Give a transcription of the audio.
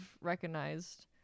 recognized